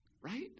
Right